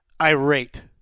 irate